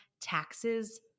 taxes